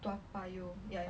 toa payoh ya ya